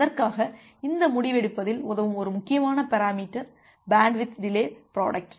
அதற்காக இந்த முடிவெடுப்பதில் உதவும் ஒரு முக்கியமான பெராமீட்டர் பேண்ட்வித் டிலே புரோடக்ட்